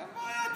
אין בעיה.